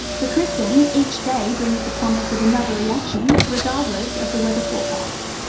for kristyn, each day brings the promise of another reaction, regardless of the weather forecast.